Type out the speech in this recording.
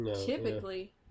typically